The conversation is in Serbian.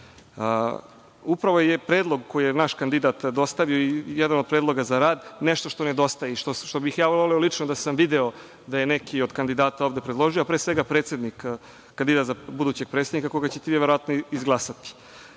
Upravo je predlog koji je naš kandidat dostavio i jedan od predloga za rad, nešto što ne dostaje i što bih ja voleo lično da sam video da je neki od kandidata ovde predložio, a pre svega predsednik, kandidat za budućeg predsednika, koga ćete vi verovatno i